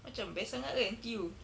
macam best sangat ke N_T_U